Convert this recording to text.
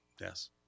Yes